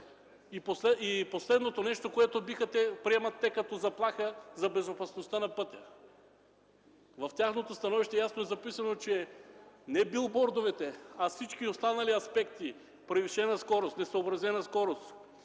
и последното нещо, което те приемат като заплаха за безопасността на пътя. В тяхното становище ясно е записано, че не билбордовете, а всички останали аспекти – превишена, несъобразена скорост,